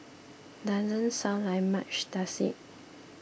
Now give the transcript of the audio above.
doesn't sound like much does it